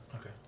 okay